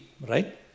right